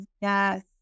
Yes